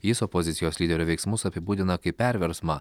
jis opozicijos lyderio veiksmus apibūdina kaip perversmą